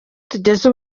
tugeze